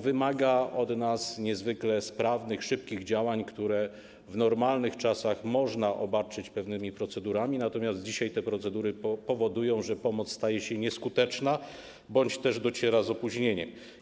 wymaga od nas niezwykle sprawnych, szybkich działań, które w normalnych czasach można obarczyć pewnymi procedurami, natomiast dzisiaj te procedury powodują, że pomoc staje się nieskuteczna bądź też dociera z opóźnieniem.